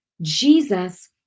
Jesus